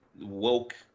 woke